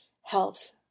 health